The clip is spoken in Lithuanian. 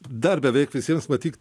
dar beveik visiems matyt